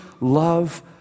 love